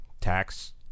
Tax